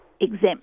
exempt